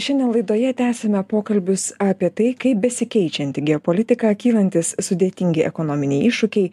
šiandien laidoje tęsime pokalbius apie tai kaip besikeičianti geopolitika kylantys sudėtingi ekonominiai iššūkiai